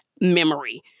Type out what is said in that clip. memory